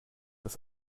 das